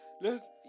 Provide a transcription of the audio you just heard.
Look